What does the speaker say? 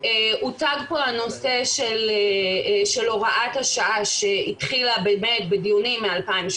הוצג פה הנושא של הוראה השעה שהתחילה בדיונים מ-2017,